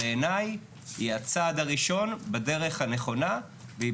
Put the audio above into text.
בעיני היא הצעד הראשון בדרך הנכונה והיא